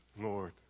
Lord